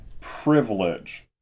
privilege